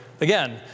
Again